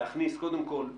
אני רוצה להכניס להערות,